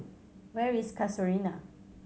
where is Casuarina